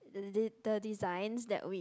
the d~ the designs that we